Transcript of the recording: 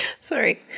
Sorry